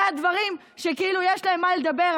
אלה הדברים שכאילו יש להם על מה לדבר,